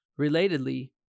Relatedly